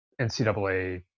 NCAA